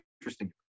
interesting